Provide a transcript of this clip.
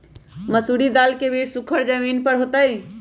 मसूरी दाल के बीज सुखर जमीन पर होतई?